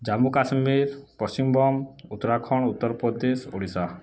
Jammu Kashmir Paschimbanga Uttarakhand Uttar Pradesh Odisha